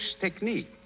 technique